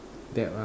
dab ah